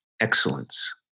excellence